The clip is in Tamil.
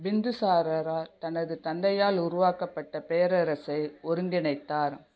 பிந்து சாரரார் தனது தந்தையால் உருவாக்கப்பட்ட பேரரசை ஒருங்கிணைத்தார்